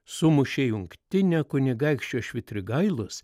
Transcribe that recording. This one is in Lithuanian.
sumušė jungtinę kunigaikščio švitrigailos